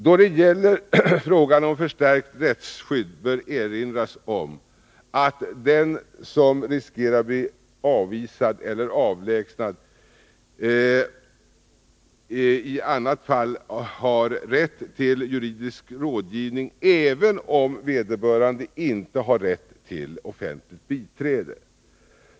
: Då det gäller frågan om förstärkt rättsskydd bör det erinras om att den som riskerar att bli avvisad eller avlägsnad i annat fall har rätt till juridisk rådgivning, även om vederbörande inte har rätt till offentligt biträde.